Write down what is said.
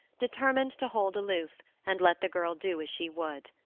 determined to hold aloof, and let the girl do as she would.